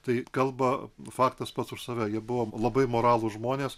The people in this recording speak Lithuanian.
tai kalba faktas pats už save jie buvo labai moralūs žmonės